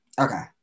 Okay